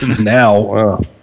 now